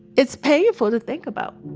it's painful to think about